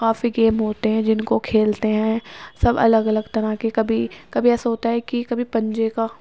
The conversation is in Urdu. کافی گیم ہوتے ہیں جن کو کھیلتے ہیں سب الگ الگ طرح کے کبھی کبھی ایسا ہوتا ہے کہ کبھی پنجے کا